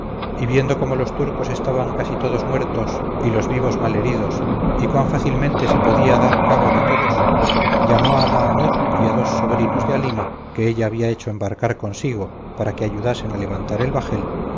y viendo cómo los turcos estaban casi todos muertos y los vivos malheridos y cuán fácilmente se podía dar cabo de todos llamó a mahamut y a dos sobrinos de halima que ella había hecho embarcar consigo para que ayudasen a levantar el bajel